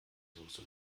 soße